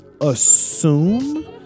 assume